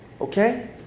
Okay